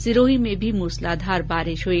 सिरोही में भी मूसलाधार बारिश हुई